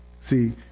See